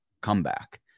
comeback